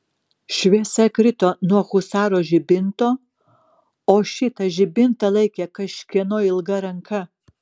šviesa krito nuo husaro žibinto o šitą žibintą laikė kažkieno ilga ranka